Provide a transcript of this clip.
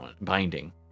binding